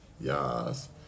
Yes